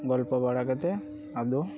ᱜᱚᱞᱯᱚ ᱵᱟᱲᱟ ᱠᱟᱛᱮᱜ ᱟᱫᱚ